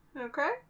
Okay